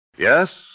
Yes